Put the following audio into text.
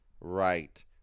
right